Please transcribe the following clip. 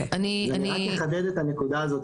אני רק אחדד את הנקודה הזאת,